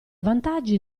vantaggi